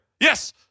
Yes